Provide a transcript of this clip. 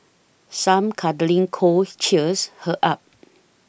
some cuddling could cheers her up